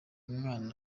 umwana